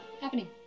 happening